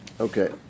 Okay